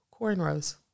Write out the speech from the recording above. Cornrows